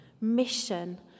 mission